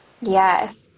Yes